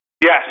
Yes